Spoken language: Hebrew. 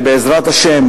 בעזרת השם,